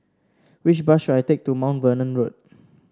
which bus should I take to Mount Vernon Road